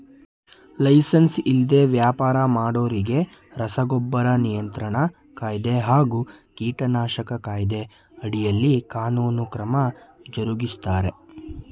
licence ಇಲ್ದೆ ವ್ಯಾಪರ ಮಾಡೋರಿಗೆ ರಸಗೊಬ್ಬರ ನಿಯಂತ್ರಣ ಕಾಯ್ದೆ ಹಾಗೂ ಕೀಟನಾಶಕ ಕಾಯ್ದೆ ಅಡಿಯಲ್ಲಿ ಕಾನೂನು ಕ್ರಮ ಜರುಗಿಸ್ತಾರೆ